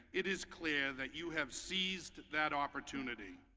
it is clear that you have seized that opportunity.